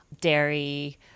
dairy